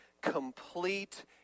complete